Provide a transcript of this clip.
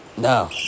No